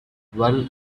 well